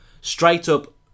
straight-up